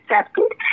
accepted